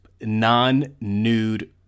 non-nude